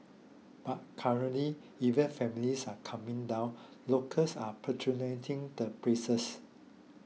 but currently even families are coming down locals are patronising the places